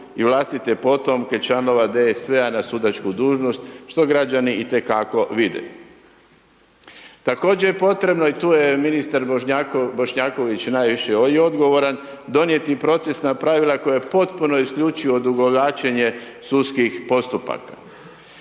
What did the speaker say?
i vlastite potomke članove DSV-a na sudačku dužnost, što građani itekako vide. Također potrebno je i tu je ministar Bošnjaković i najviše odgovoran, donijeti procesna pravila koja u potpuno isključuje odugovlačenje sudskih postupaka.